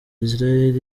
israel